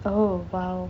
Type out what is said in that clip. oh !wow!